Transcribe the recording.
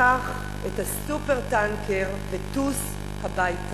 קח את ה"סופר-טנקר" וטוס הביתה.